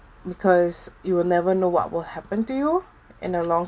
because you will never know what will happen to you in a long